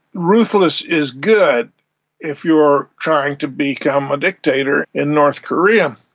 ruthless is good if you are trying to become a dictator in north korea.